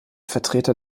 vertreter